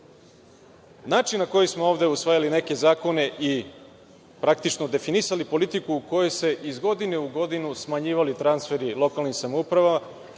na koji smo ovde usvajali neke zakone i praktično definisali politiku u kojoj se iz godine u godinu smanjivali transferi lokalnim samoupravama,